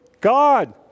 God